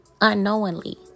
Unknowingly